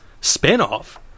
Spin-off